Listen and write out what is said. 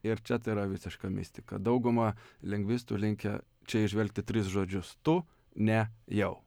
ir čia tai yra visiška mistika dauguma lingvistų linkę čia įžvelgti tris žodžius tu ne jau